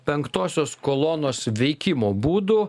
penktosios kolonos veikimo būdų